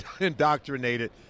indoctrinated